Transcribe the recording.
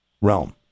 realm